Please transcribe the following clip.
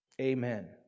Amen